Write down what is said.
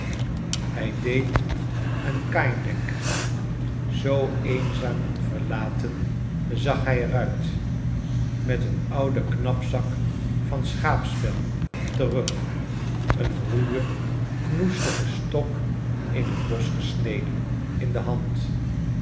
hij deed aan kain denken zoo eenzaam en verlaten zag hij er uit met een ouden knapzak van schaapsvel op den rug een ruwen knoestigen stok in het bosch gesneden in de hand